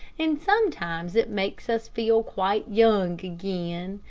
and sometimes it makes us feel quite young again.